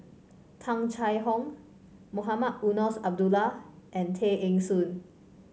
Tung Chye Hong Mohamed Eunos Abdullah and Tay Eng Soon